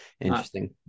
Interesting